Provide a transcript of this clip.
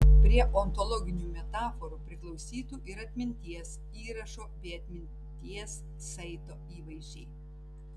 prie ontologinių metaforų priklausytų ir atminties įrašo bei atminties saito įvaizdžiai